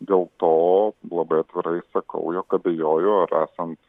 dėl to labai atvirai sakau jog abejoju ar esant